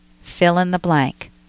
fill-in-the-blank